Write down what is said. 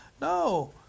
No